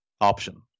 option